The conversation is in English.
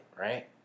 right